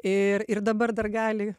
ir ir dabar dar gali